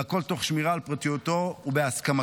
והכול תוך שמירה על פרטיותו ובהסכמתו.